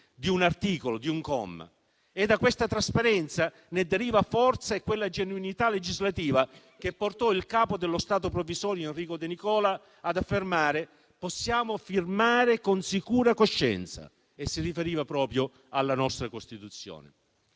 di un articolo, di un comma. E da questa trasparenza ne deriva forza e quella genuinità legislativa che portò il capo dello Stato provvisorio Enrico De Nicola ad affermare: «Possiamo firmare con sicura coscienza». Si riferiva proprio alla nostra Costituzione.